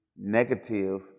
negative